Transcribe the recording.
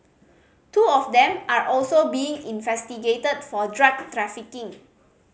two of them are also being investigated for drug trafficking